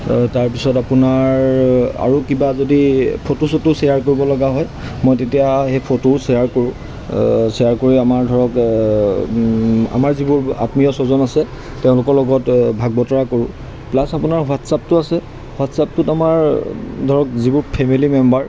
তাৰপিছত আপোনাৰ আৰু কিবা যদি ফটো চটো শ্বেয়াৰ কৰিবলগা হয় মই তেতিয়া সেই ফটোও শ্বেয়াৰ কৰোঁ শ্বেয়াৰ কৰি আমাৰ ধৰক আমাৰ যিবোৰ আত্মীয় স্বজন আছে তেওঁলোকৰ লগত ভাগ বতৰা কৰোঁ প্লাছ আপোনাৰ হোৱাটছআপটো আছে হোৱাটছআপটোত আমাৰ ধৰক যিবোৰ ফেমিলি মেম্বাৰ